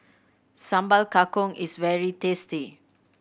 Sambal Kangkong is very tasty